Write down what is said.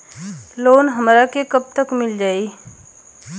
Loan हमरा के कब तक मिल जाई?